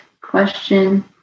question